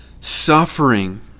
suffering